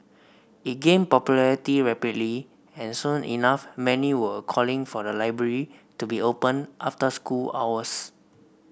it gained popularity rapidly and soon enough many were calling for the library to be opened after school hours